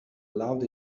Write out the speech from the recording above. loud